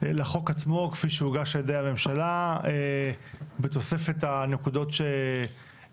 לחוק עצמו כפי שהוגש על ידי הממשלה בתוספת הנקודות שהוספו,